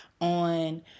on